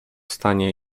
stanie